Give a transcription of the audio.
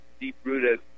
deep-rooted